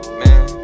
man